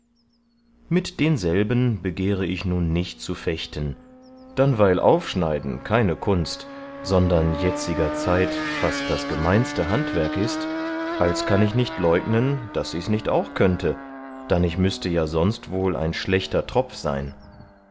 mit denselben begehre ich nun nicht zu fechten dann weil aufschneiden keine kunst sondern jetziger zeit fast das gemeinste handwerk ist als kann ich nicht leugnen daß ichs nicht auch könnte dann ich müßte ja sonst wohl ein schlechter tropf sein